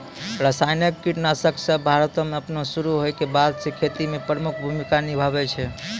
रसायनिक कीटनाशक सभ भारतो मे अपनो शुरू होय के बादे से खेती मे प्रमुख भूमिका निभैने छै